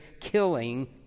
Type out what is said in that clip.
killing